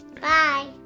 Bye